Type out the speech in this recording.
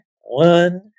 One